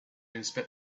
inspect